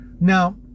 Now